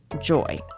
joy